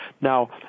Now